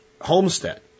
homestead